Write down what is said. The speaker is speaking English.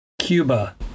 Cuba